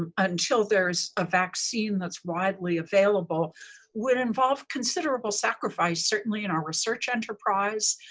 um until there's a vaccine that's widely available would involve considerable sacrifice certainly in our research enterprise.